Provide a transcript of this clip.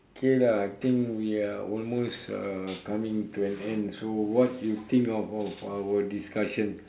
okay lah I think we are almost uh coming to an end so what you think of of our discussion